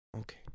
Okay